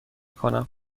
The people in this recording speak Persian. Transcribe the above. کنم